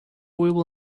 will